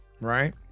right